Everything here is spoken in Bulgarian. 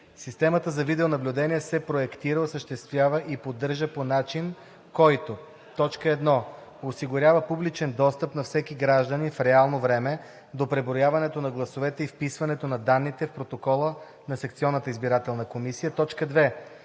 Системата за видеонаблюдение се проектира, осъществява и поддържа по начин, който: 1. осигурява публичен достъп на всеки гражданин в реално време до преброяването на гласовете и вписването на данните в протокола на секционната избирателна комисия; 2.